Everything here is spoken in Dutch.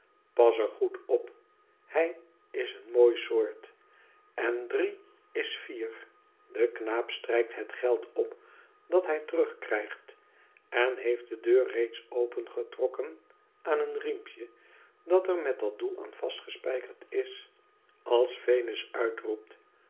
pas er goed op hij is een mooi soort en drie is vier de knaap strijkt het geld op dat hij terugkrijgt en heeft de deur reeds opengetrokken aan een riempje dat er roet dat doel aan vastgespijkerd is als venus uitroept